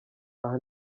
aha